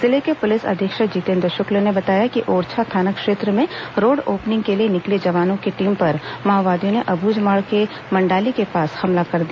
जिले के पुलिस अधीक्षक जितेंद्र शुक्ल ने बताया कि ओरछा थाना क्षेत्र में रोड ओपनिंग के लिए निकले जवानों की टीम पर माओवादियों ने अबुझमाड़ के मंडाली के पास हमला कर दिया